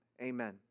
Amen